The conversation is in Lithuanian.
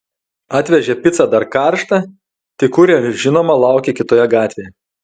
atvežė picą dar karštą tik kurjeris žinoma laukė kitoje gatvėje